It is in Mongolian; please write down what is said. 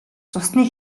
цусны